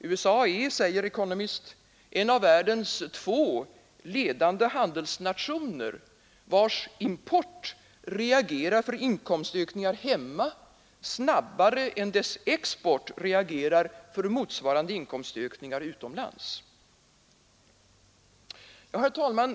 USA är, säger Economist, en av världens två ledande handelsnationer vars import reagerar för inkomstökningar hemma snabbare än dess export reagerar för motsvarande inkomstökningar utomlands. Herr talman!